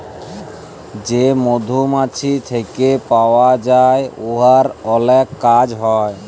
যে মধু মমাছি থ্যাইকে পাউয়া যায় উয়ার অলেক কাজ হ্যয়